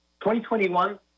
2021